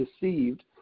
deceived